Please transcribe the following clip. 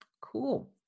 Cool